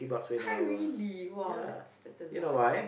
!huh! really !wow! that's that's a lot though